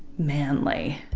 manly.